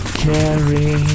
carry